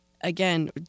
again